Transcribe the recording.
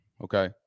Okay